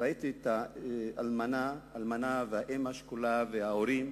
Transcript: וראיתי את האלמנה והאם השכולה וההורים,